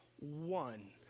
one